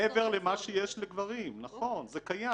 מעבר למה שיש לגברים נכון, זה קיים.